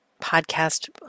podcast